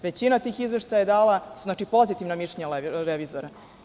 Većina tih izveštaja je dala pozitivna mišljenja revizora.